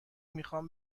میخوام